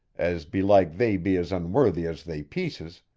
as belike they be as unworthy as they pieces,